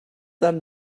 and